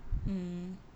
mm